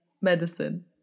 medicine